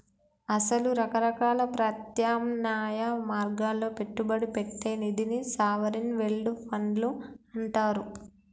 అసలు రకరకాల ప్రత్యామ్నాయ మార్గాల్లో పెట్టుబడి పెట్టే నిధిని సావరిన్ వెల్డ్ ఫండ్లు అంటారు